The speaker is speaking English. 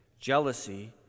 jealousy